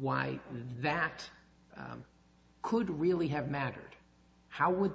why that could really have mattered how would